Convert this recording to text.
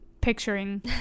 picturing